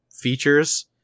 features